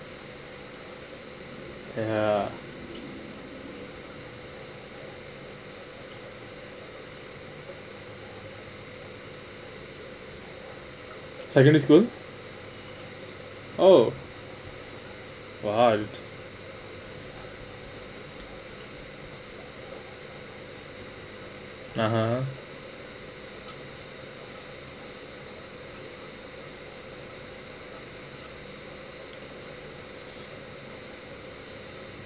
ya are you going to school oh !wah! you a'ah